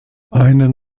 einen